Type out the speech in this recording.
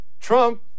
Trump